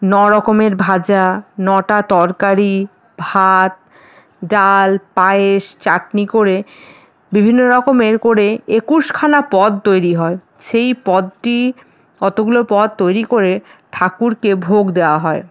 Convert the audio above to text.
ন রকমের ভাজা নটা তরকারি ভাত ডাল পায়েস চাটনি করে বিভিন্ন রকমের করে একুশখানা পদ তৈরি হয় সেই পদটি অতোগুলো পদ তৈরি করে ঠাকুরকে ভোগ দেওয়া হয়